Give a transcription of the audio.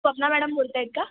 Swapna madam बोलत आहेत का